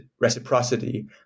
reciprocity